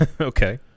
Okay